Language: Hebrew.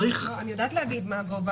לא אני כן יודעת להגיד מה הגובה,